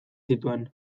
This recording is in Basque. zituen